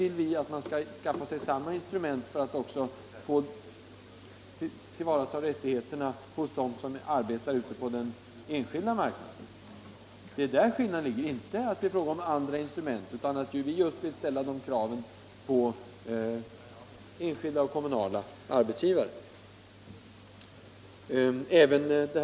Vi vill att man skall skaffa sig samma instrument för att tillvarata rättigheterna för dem som arbetar på den enskilda marknaden. Det är där skillnaden mellan oss ligger. Det är inte fråga om att använda andra instrument, utan vi vill ställa samma krav på enskilda och kommunala arbetsgivare som på statliga.